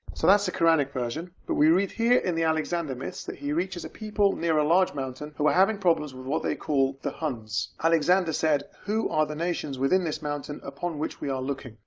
so that's a quranic version but we read here in the alexander myths that he reaches a people near a large mountain who are having problems with what they call the huns alexander said who are the nations within this mountain upon which we are looking?